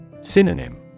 Synonym